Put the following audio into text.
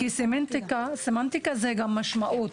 כי סמנטיקה זה גם משמעות.